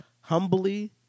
humbly